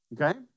okay